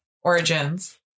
origins